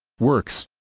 works